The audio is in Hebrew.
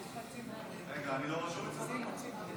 אני לא רשום אצלך?